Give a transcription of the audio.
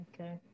Okay